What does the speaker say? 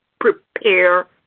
prepare